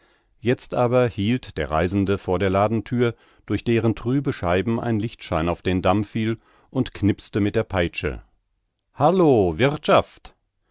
jetzt aber hielt der reisende vor der ladenthür durch deren trübe scheiben ein lichtschein auf den damm fiel und knipste mit der peitsche halloh wirthschaft